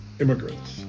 immigrants